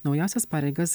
naująsias pareigas